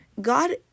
God